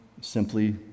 Simply